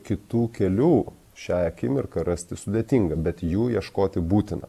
kitų kelių šią akimirką rasti sudėtinga bet jų ieškoti būtina